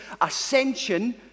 ascension